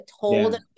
told